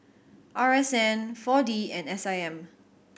R S N Four D and S I M